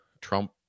Trump